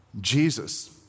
Jesus